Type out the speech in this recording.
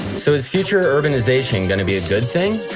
so is future urbanization going to be a good thing?